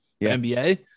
NBA